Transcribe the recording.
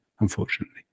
unfortunately